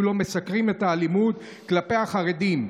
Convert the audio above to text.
לא מסקרים את האלימות כלפי החרדים,